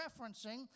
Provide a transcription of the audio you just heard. referencing